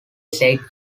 said